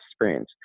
experience